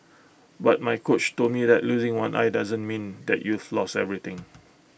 but my coach told me that losing one eye doesn't mean that you've lost everything